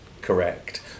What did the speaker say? correct